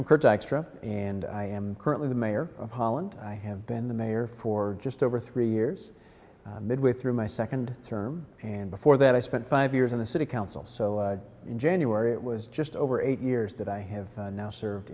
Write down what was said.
dykstra and i am currently the mayor of holland i have been the mayor for just over three years midway through my second term and before that i spent five years in the city council so in january it was just over eight years that i have now served